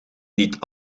niet